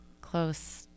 close